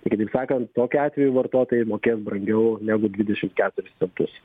tai kitaip sakant tokiu atveju vartotojai mokės brangiau negu dvidešim keturis centus